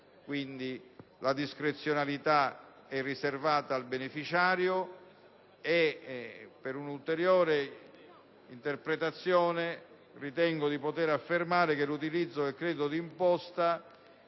quindi la discrezionalità è riservata al beneficiario e, per un'ulteriore interpretazione, ritengo di poter affermare che il credito d'imposta,